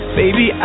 baby